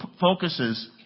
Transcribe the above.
focuses